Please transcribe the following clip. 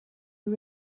you